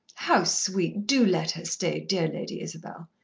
how sweet! do let her stay, dear lady isabel.